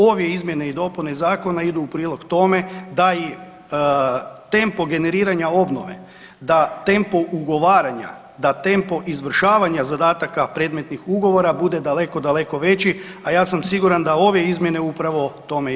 Ove izmjene i dopune zakona idu u prilog tome da i tempo generiranja obnove, da tempo ugovaranja, da tempo izvršavanja zadataka predmetnih ugovora bude daleko, daleko veći, a ja sam siguran da ove izmjene upravo tome idu